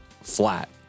flat